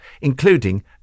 including